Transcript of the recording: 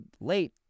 late